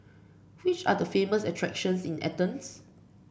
which are the famous attractions in Athens